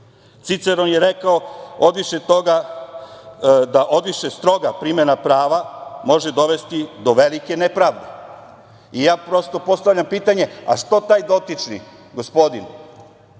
Ciceron je rekao da odviše stroga primena prava može dovesti do velike nepravde. I ja postavljam pitanje - a zašto taj dotični gospodin